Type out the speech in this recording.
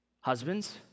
Husbands